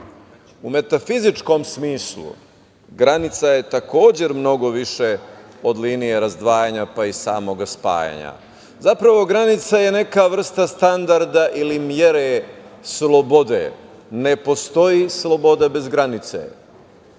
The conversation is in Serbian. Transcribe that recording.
U metafizičkom smislu, granica je takođe mnogo više od linije razdvajanja, pa i samog spajanja i granica je neka vrsta standarda ili mere slobode, ne postoji sloboda bez granice,